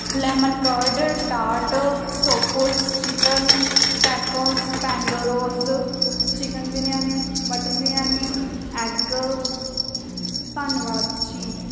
lemon curd ਟਾਟ ਸਟੋਫੋਲ chicken tacos ਪੈਂਡੋਰੋਜ chicken biryani mutton biryani egg ਧੰਨਵਾਦ ਜੀ